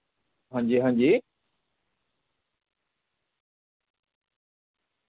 हांजी हांजी